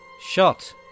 Shot